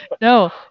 No